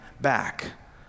back